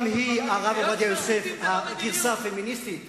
חבר הכנסת יואל חסון, שמענו את הדברים.